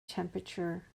temperature